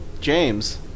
James